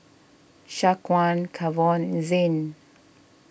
Shaquan Kavon and Zain